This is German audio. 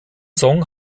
song